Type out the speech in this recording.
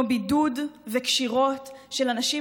כמו בידוד וקשירות של אנשים,